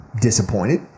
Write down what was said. Disappointed